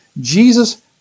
Jesus